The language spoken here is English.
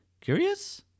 Curious